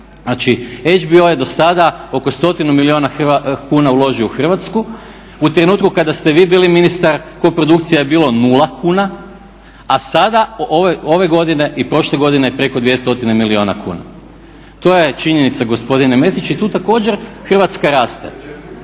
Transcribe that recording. Znači HBO je do sada oko stotinu milijuna kuna uložio u Hrvatsku. U trenutku kada ste vi bili ministar koprodukcija je bila nula kuna a sada ove godine i prošle godine preko dvije stotine milijuna kuna. To je činjenica gospodine Mesić i tu također Hrvatska raste.